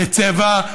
לצבע,